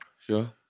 Sure